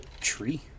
tree